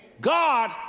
God